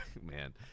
man